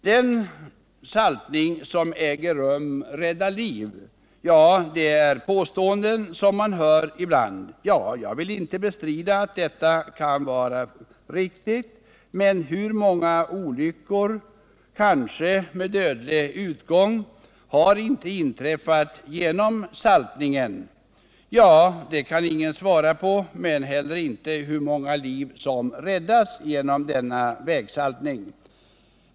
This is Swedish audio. Den saltning som äger rum räddar liv, får man ibland höra. Jag vill inte bestrida att detta kan vara riktigt. Men hur många olyckor, kanske med dödlig utgång, har inte inträffat genom saltningen. Det kan ingen svara på, men man kan inte heller svara på hur många liv som räddats genom vägsaltningen.